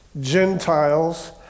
Gentiles